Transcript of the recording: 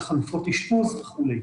לחלופות אשפוז וכו'.